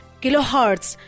kilohertz